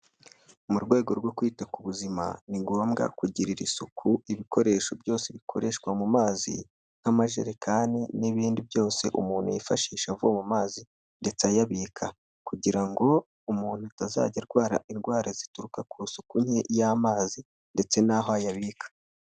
Mu rwego rwo kwita ku buzima ni ngombwa kugirira isuku ibikoresho byose bikoreshwa mu mazi nk'amajerekani n'ibindi byose umuntu yifashisha avoma amazi ndetse ayabika kugira ngo umuntu atazajya arwara indwara zituruka ku isuku nke y'amazi ndetse n'aho ayabika.